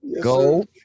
Go